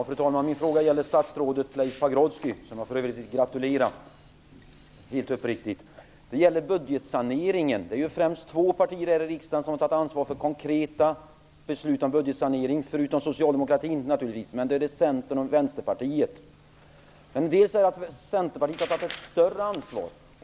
Fru talman! Min fråga ställer jag till statsrådet Leif Pagrotsky, som jag för övrigt vill gratulera helt uppriktigt. Frågan gäller budgetsaneringen. Det är ju främst två partier här i riksdagen, förutom Socialdemokraterna naturligtvis, som har tagit ansvar för konkreta beslut om budgetsanering, nämligen Centern och En del säger att Centerpartiet har tagit ett större ansvar.